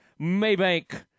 Maybank